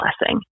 blessing